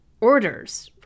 orders